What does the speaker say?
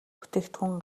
бүтээгдэхүүн